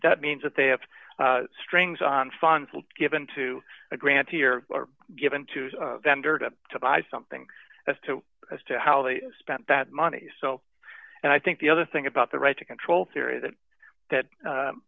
that means that they have strings on funds given to a grant here or given to the vendor to to buy something as to as to how they spent that money so and i think the other thing about the right to control theory that that